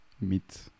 meet